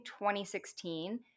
2016